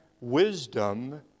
wisdom